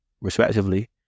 respectively